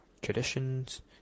traditions